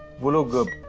will ah go